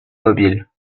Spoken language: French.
mobiles